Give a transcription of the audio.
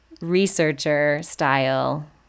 researcher-style